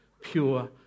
pure